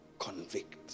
convict